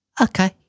okay